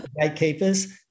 gatekeepers